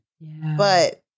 but-